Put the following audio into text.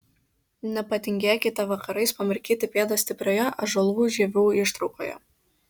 nepatingėkite vakarais pamirkyti pėdas stiprioje ąžuolų žievių ištraukoje